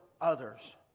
others